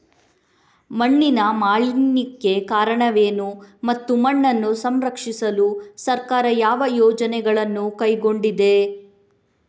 ಮಣ್ಣಿನ ಮಾಲಿನ್ಯಕ್ಕೆ ಕಾರಣವೇನು ಮತ್ತು ಮಣ್ಣನ್ನು ಸಂರಕ್ಷಿಸಲು ಸರ್ಕಾರ ಯಾವ ಯೋಜನೆಗಳನ್ನು ಕೈಗೊಂಡಿದೆ?